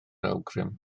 awgrym